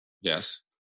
Yes